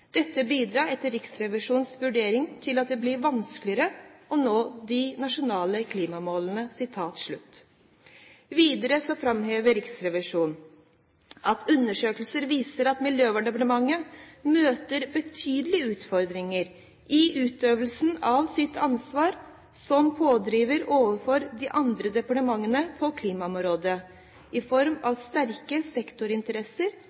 Dette bidrar etter Riksrevisjonens vurdering til at det blir vanskeligere å nå de nasjonale klimamålene.» Videre framhever Riksrevisjonen: «Undersøkelsen viser at Miljøverndepartementet møter betydelige utfordringer i utøvelsen av sitt ansvar som pådriver overfor de andre departementene på klimaområdet i form